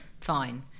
fine